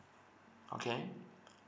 okay